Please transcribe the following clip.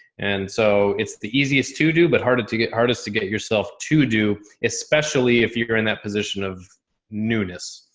and so it's the easiest to do but harder to get, hardest hardest to get yourself to do, especially if you're in that position of newness.